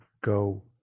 go